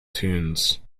tunes